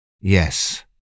Yes